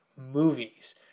movies